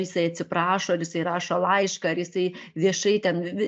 jisai atsiprašo ir jisai rašo laišką ir jisai viešai ten